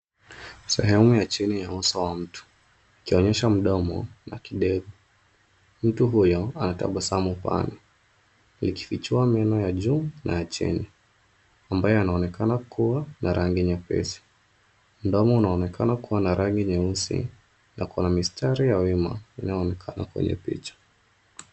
Sehemu ya chini ya uso wa mtu ikionyesha mdomo na kidevu. Mtu huyo ana tabasamu pana ikifichua meno ya juu na ya chini, ambayo yanayoonekana kuwa na rangi nyepesi. Mdomo unaonekana kuwa na rangi nyeusi na kuna mistari ya wima inayoonekana kwenye picha.